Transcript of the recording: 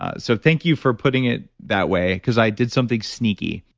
ah so thank you for putting it that way because i did something sneaky.